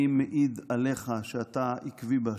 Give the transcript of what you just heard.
אני מעיד עליך שאתה עקבי בהשקפותיך,